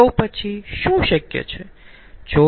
તો પછી શું શક્ય છે